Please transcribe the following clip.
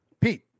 Pete